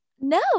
No